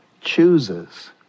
chooses